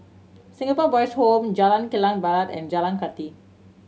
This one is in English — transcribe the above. Singapore Boys' Home Jalan Kilang Barat and Jalan Kathi